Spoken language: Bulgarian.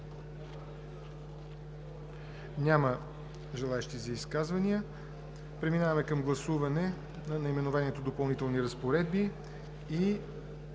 Няма желаещи за изказвания. Преминаваме към гласуване на наименованието „Допълнителни разпоредби“ и